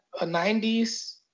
90s